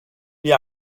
wie